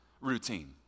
routine